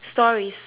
stories